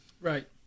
Right